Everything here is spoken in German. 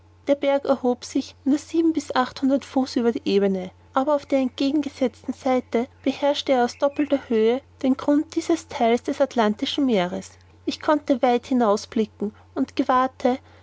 der berg erhob sich nur sieben bis achthundert fuß über die ebene aber auf der entgegengesetzten seite beherrschte er aus doppelter höhe den grund dieses theiles des atlantischen meeres ich konnte weit hinaus blicken und gewahrte